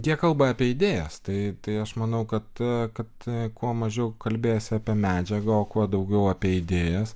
jie kalba apie idėjas tai tai aš manau kad kad kuo mažiau kalbėsi apie medžiagą o kuo daugiau apie idėjas